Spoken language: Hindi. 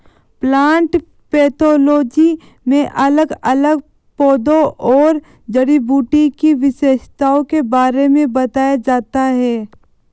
प्लांट पैथोलोजी में अलग अलग पौधों और जड़ी बूटी की विशेषताओं के बारे में बताया जाता है